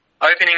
opening